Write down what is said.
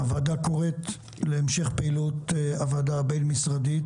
הוועדה קוראת להמשך פעילות הוועדה הבין-משרדית